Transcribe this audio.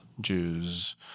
Jews